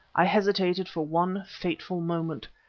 i hesitated for one fateful moment.